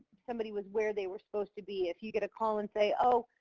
somebody was where they were supposed to be. if you get a call and say oh,